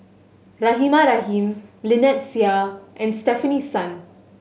Rahimah Rahim Lynnette Seah and Stefanie Sun